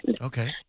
Okay